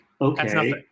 okay